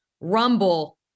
rumble